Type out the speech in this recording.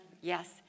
Yes